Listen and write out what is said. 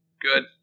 Good